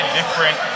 different